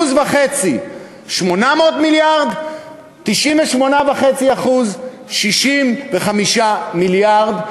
1.5% 800 מיליארד, 98.5% 65 מיליארד.